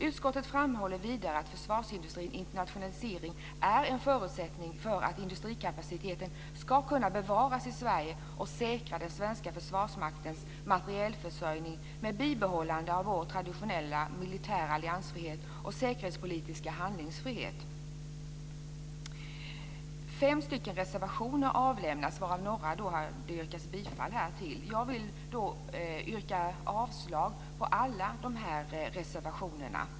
Utskottet framhåller vidare att försvarsindustrins internationalisering är en förutsättning för att industrikapaciteten ska kunna bevaras i Sverige och för att säkra den svenska försvarsmaktens materielförsörjning med bibehållande av vår traditionella militära alliansfrihet och säkerhetspolitiska handlingsfrihet. Fem reservationer har avlämnats, och några av dessa har det här yrkats bifall till. Jag vill yrka avslag på alla de här reservationerna.